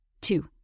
Two